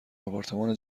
آپارتمان